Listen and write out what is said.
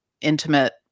intimate